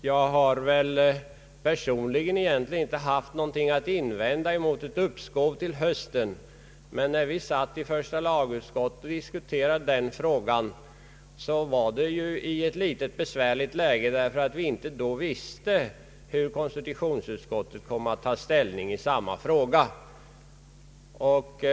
Jag hade egentligen ingenting att invända mot ett uppskov till hösten, men när vi i första lagutskottet diskuterade den frågan var vi i ett besvärligt läge därför att vi inte då visste hur konstitutionsutskottet skulle ta ställning i samma fråga.